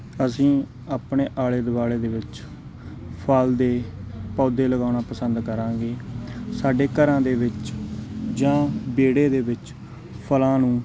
ਅਸੀਂ ਆਪਣੇ ਆਲੇ ਦੁਆਲੇ ਦੇ ਵਿੱਚ ਫ਼ਲ ਦੇ ਪੌਦੇ ਲਗਾਉਣਾ ਪਸੰਦ ਕਰਾਂਗੇ ਸਾਡੇ ਘਰਾਂ ਦੇ ਵਿੱਚ ਜਾਂ ਵਿਹੜੇ ਦੇ ਵਿੱਚ ਫ਼ਲਾਂ ਨੂੰ